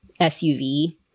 SUV